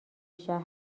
شهر